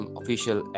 official